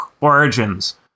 origins